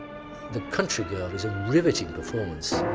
the country girl is a riveting performance.